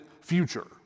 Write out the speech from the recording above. future